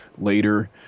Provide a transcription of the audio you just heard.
later